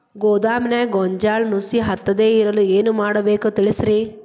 ಗೋದಾಮಿನ್ಯಾಗ ಗೋಂಜಾಳ ನುಸಿ ಹತ್ತದೇ ಇರಲು ಏನು ಮಾಡಬೇಕು ತಿಳಸ್ರಿ